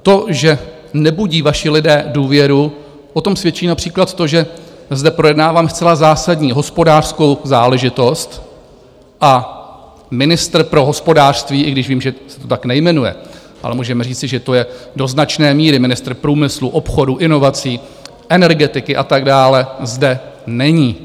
To, že nebudí vaši lidé důvěru, o tom svědčí například to, že zde projednáváme zcela zásadní hospodářskou záležitost, a ministr pro hospodářství, i když vím, že se to tak nejmenuje, ale můžeme říci, že to je do značné míry ministr průmyslu, obchodu, inovací, energetiky a tak dále, zde není.